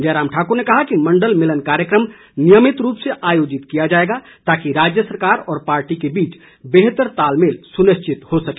जयराम ठाकुर ने कहा कि मंडल मिलन कार्यक्रम नियमित रूप से आयोजित किया जाएगा ताकि राज्य सरकार व पार्टी के बीच बेहतर तालमेल सुनिश्चित हो सके